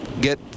get